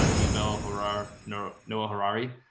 ah yuval, harari, noah noah harari.